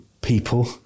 people